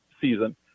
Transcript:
season